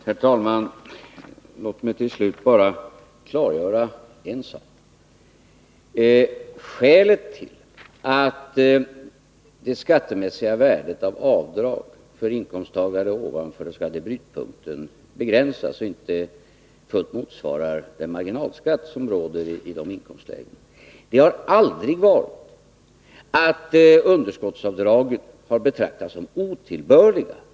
Herr talman! Låt mig bara klargöra en sak. Skälet till att det skattemässiga värdet av avdrag för inkomsttagare ovanför den s.k. brytpunkten begränsas och inte fullt ut motsvarar den marginalskatt som gäller i de inkomstlägena har aldrig varit att underskottsavdragen betraktats som otillbörliga.